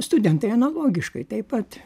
studentai analogiškai taip pat